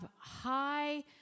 high